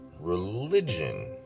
religion